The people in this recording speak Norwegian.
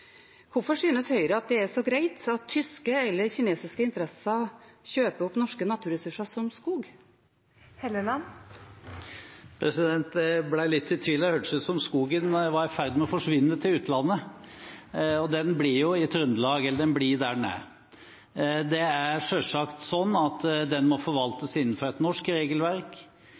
Hvorfor synes Høyre det er så greit at tyske eller kinesiske interesser kjøper opp norske naturressurser, som skog? Jeg ble litt i tvil – det hørtes ut som om skogen var i ferd med å forsvinne til utlandet. Den blir i Trøndelag, den blir der den er, og den må selvsagt forvaltes innenfor et norsk regelverk.